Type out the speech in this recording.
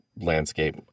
landscape